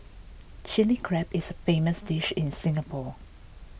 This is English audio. Chilli Crab is famous dish in Singapore